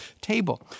table